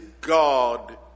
God